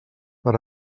per